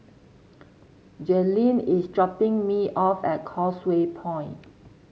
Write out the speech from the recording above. Jailene is dropping me off at Causeway Point